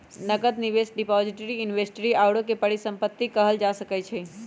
नकद, निवेश, depository, inventory आउरो के परिसंपत्ति कहल जा सकइ छइ